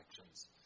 actions